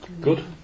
Good